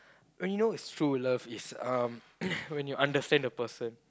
when you it's true love is uh when you understand the person